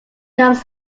comes